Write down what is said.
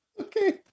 Okay